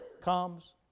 comes